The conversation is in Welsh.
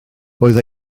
roedd